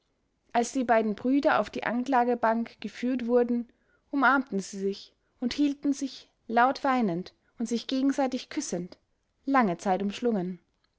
als die beiden brüder auf die anklagebank geführt wurden umarmten sie sich und hielten sich laut weinend und sich gegenseitig küssend lange zeit umschlungen